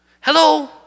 Hello